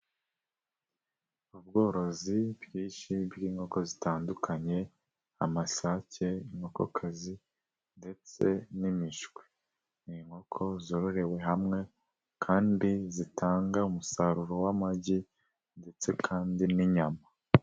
Ubworozi bwinshi bw'inkoko zitandukanye, amasake, inkokoka ndetse n'imishwi, ni inkoko zororewe hamwe, kandi zitanga umusaruro w'amagi ndetse kandi n'inyama.